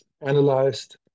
analyzed